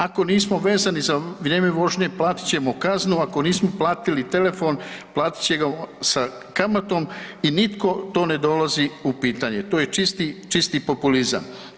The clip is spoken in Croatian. Ako nismo vezani za vrijeme vožnje platit ćemo kaznu, ako nismo platili telefon platit će ga sa kamatom i nitko to ne dolazi u pitanje, to je čisti, čisti populizam.